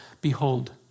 Behold